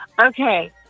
Okay